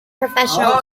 professional